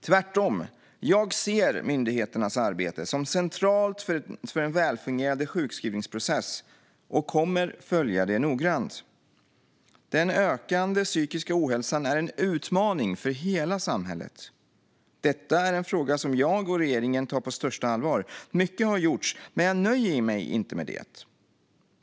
Tvärtom ser jag myndigheternas arbete som centralt för en välfungerande sjukskrivningsprocess och kommer att följa det noggrant. Den ökande psykiska ohälsan är en utmaning för hela samhället. Detta är en fråga som jag och regeringen tar på största allvar. Mycket har gjorts, men jag nöjer mig inte med det.